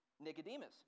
Nicodemus